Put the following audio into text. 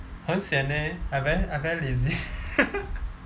很 sian eh I very I very lazy